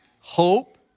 Hope